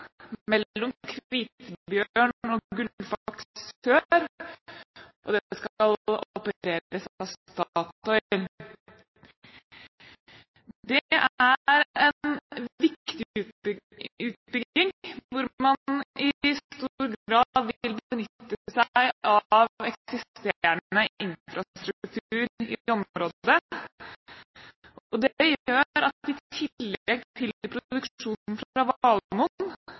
mellom Kvitebjørn og Gullfaks sør, og skal opereres av Statoil. Dette er en viktig utbygging der man i stor grad vil benytte seg av eksisterende infrastruktur i området. Det gjør at i tillegg til produksjonen fra